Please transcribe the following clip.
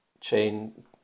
chain